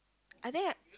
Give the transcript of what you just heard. I think I